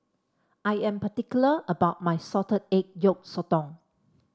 I am particular about my Salted Egg Yolk Sotong